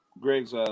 Greg's